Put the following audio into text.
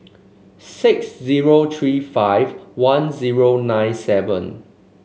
six zero three five one zero nine seven